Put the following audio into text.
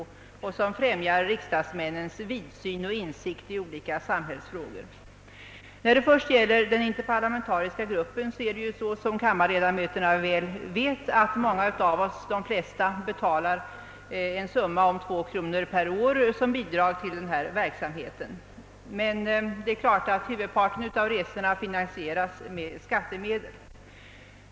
De bör också främja riksdagsmännens vidsyn och insikt i olika samhällsfrågor. Som kammarens ledamöter vet betalar de flesta av oss 2 kronor per år till interparlamentariska gruppen som bidrag till denna verksamhet. Huvudparten av reskostnaderna finansieras dock med skattemedel.